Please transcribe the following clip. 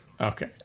Okay